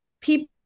people